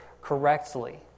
correctly